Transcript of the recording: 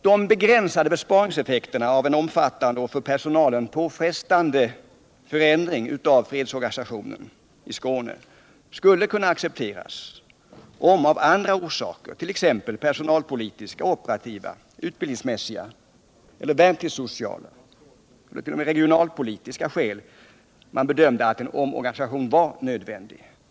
De begränsade besparingseffekterna av en omfattande och för personalen påfrestande förändring av fredsorganisationen i Skåne skulle kunna accepteras om av andra orsaker, t.ex. personalpolitiska, operativa, utbildningsmässiga, värnpliktssociala eller regionalpolitiska skäl, en omorganisation bedömdes nödvändig.